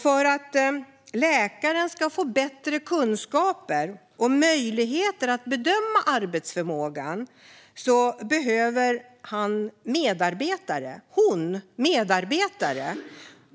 För att läkaren ska få bättre kunskaper och möjligheter att bedöma en persons arbetsförmåga behöver läkaren medarbetare.